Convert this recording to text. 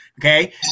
Okay